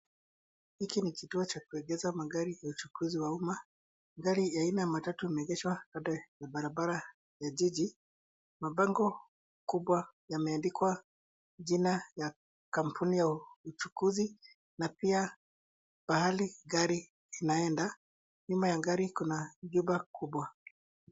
Hiki ni kituo cha kuegeza magari kwa ukuzi wa umma. Gari ya matatu ime egeshwa katika barabara ya jiji. Mabango makubwa ime andikwa jina ya kampuni ya uchukuzi na pia pahali ya gari inaenda, nyuma ya gari iko na nyumba kubwa.